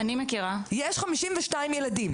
יש 52 ילדים.